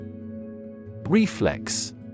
Reflex